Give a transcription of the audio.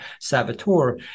saboteur